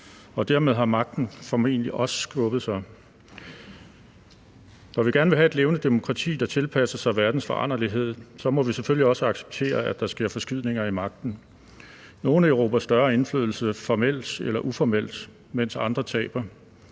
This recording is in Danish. og dermed har magten formentlig også forskubbet sig. Når vi gerne vil have et levende demokrati, der tilpasser sig verdens foranderlighed, må vi selvfølgelig også acceptere, at der sker forskydninger i magten. Nogle erobrer større indflydelse, formelt eller uformelt, mens andre taber